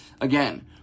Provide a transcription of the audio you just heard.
again